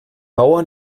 bauer